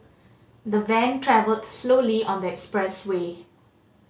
the van travelled slowly on the expressway